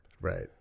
Right